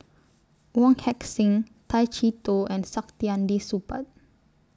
Wong Heck Sing Tay Chee Toh and Saktiandi Supaat